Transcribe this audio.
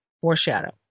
Foreshadow